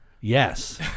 Yes